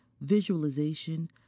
visualization